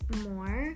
more